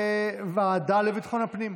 לוועדת ביטחון הפנים נתקבלה.